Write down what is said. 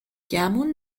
گمون